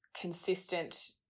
consistent